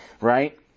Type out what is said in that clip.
Right